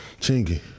Chingy